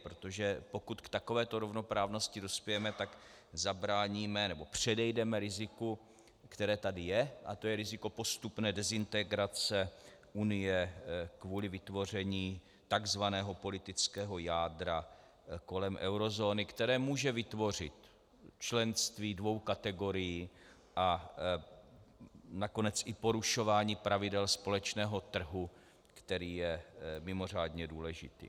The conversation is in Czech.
Protože pokud k takové rovnoprávnosti dospějeme, tak předejdeme riziku, které tady je, a to je riziko postupné dezintegrace Unie kvůli vytvoření takzvaného politického jádra kolem eurozóny, které může vytvořit členství dvou kategorií a nakonec i porušování pravidel společného trhu, který je mimořádně důležitý.